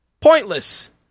Pointless